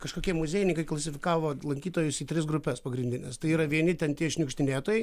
kažkokie muziejininkai klasifikavo lankytojus į tris grupes pagrindines tai yra vieni ten tie šniukštinėtojai